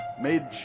made